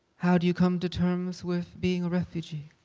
how do come to terms with being a refugee?